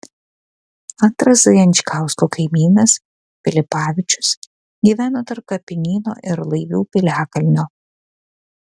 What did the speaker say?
antras zajančkausko kaimynas pilipavičius gyveno tarp kapinyno ir laivių piliakalnio